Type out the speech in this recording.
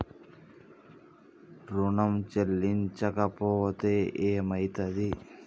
ఋణం చెల్లించకపోతే ఏమయితది?